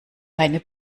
deine